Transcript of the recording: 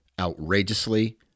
outrageously